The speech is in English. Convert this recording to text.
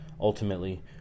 ultimately